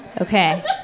okay